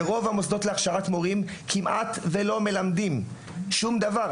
ברוב המוסדות להכשרת מורים כמעט ולא מלמדים שום דבר.